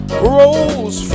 grows